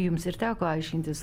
jums ir teko aiškintis